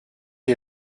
est